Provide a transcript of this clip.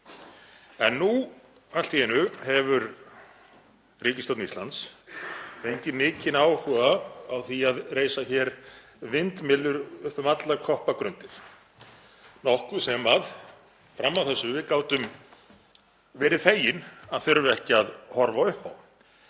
En nú allt í einu hefur ríkisstjórn Íslands fengið mikinn áhuga á því að reisa hér vindmyllur uppi um allar koppagrundir, nokkuð sem við fram að þessu gátum verið fegin að þurfa ekki að horfa upp á.